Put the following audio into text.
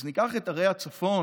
אז ניקח את ערי הצפון,